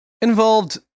involved